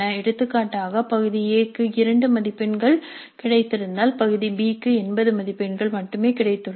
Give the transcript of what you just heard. எடுத்துக்காட்டாக பகுதி A க்கு 20 மதிப்பெண்கள் கிடைத்திருந்தால் பகுதி B க்கு 80 மதிப்பெண்கள் மட்டுமே கிடைத்துள்ளன